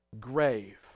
grave